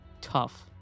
tough